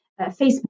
Facebook